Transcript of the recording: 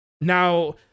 Now